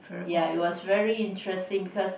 ya it was very interesting because